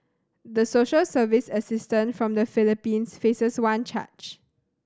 the social service assistant from the Philippines faces one charge